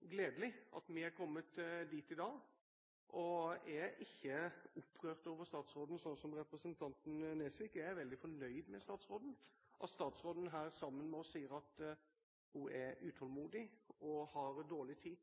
gledelig at vi har kommet dit vi er i dag. Jeg er ikke opprørt over statsråden, slik representanten Nesvik er. Jeg er veldig fornøyd med statsråden. At statsråden her sammen med oss sier at hun er utålmodig og har dårlig tid,